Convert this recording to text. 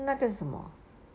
那个是什么